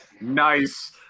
nice